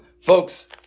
folks